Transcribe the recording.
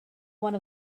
one